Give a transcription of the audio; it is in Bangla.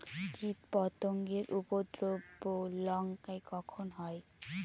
কীটপতেঙ্গর উপদ্রব লঙ্কায় কখন হয়?